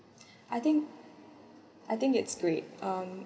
I think I think it's great um